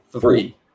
three